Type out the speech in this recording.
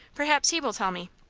perhaps he will tell me.